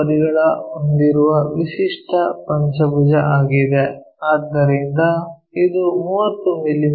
ಬದಿಗಳನ್ನು ಹೊಂದಿರುವ ವಿಶಿಷ್ಟ ಪಂಚಭುಜ ಆಗಿದೆ ಆದ್ದರಿಂದ ಇದು 30 ಮಿ